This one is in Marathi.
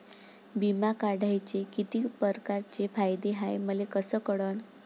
बिमा काढाचे कितीक परकारचे फायदे हाय मले कस कळन?